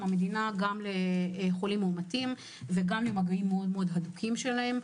המדינה גם לחולים מאומתים וגם למגעים מאוד הדוקים שלהם,